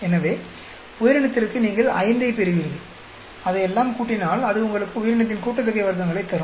எனவே உயிரினத்திற்கு நீங்கள் 5 ஐ பெறுவீர்கள் அதையெல்லாம் கூட்டினால் அது உங்களுக்கு உயிரினத்தின் கூட்டுத்தொகை வர்க்கங்களைத் தரும்